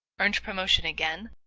earned promotion again,